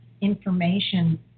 information